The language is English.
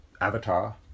Avatar